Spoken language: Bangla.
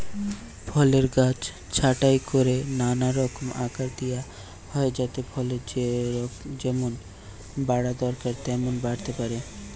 ফলের গাছ ছাঁটাই কোরে নানা রকম আকার দিয়া হয় যাতে ফলের যেমন বাড়া দরকার তেমন বাড়তে পারে